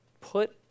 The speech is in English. put